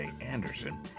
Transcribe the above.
Anderson